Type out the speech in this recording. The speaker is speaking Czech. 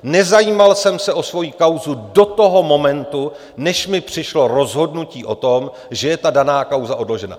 Nezajímal jsem se o svoji kauzu do toho momentu, než mi přišlo rozhodnutí o tom, že je ta daná kauze odložena.